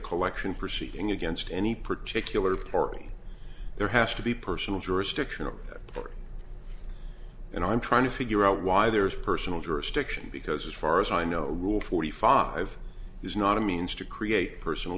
collection proceeding against any particular party there has to be personal jurisdictional and i'm trying to figure out why there is personal jurisdiction because as far as i know rule forty five is not a means to create personal